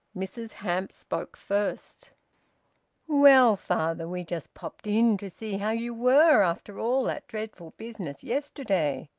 mrs hamps spoke first well, father, we just popped in to see how you were after all that dreadful business yesterday.